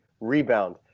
rebound